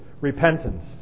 repentance